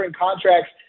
contracts